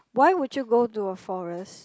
why would you go to a forest